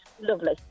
Lovely